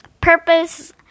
purpose